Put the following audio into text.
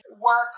work